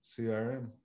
CRM